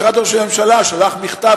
משרד ראש הממשלה שלח מכתב,